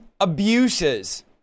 abuses